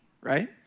right